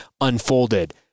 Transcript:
unfolded